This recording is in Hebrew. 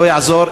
לא יעזור.